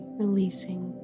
releasing